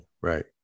Right